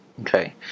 okay